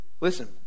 listen